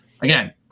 Again